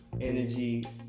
energy